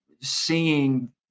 seeing